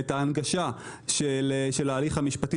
את ההנגשה של ההליך המשפטי,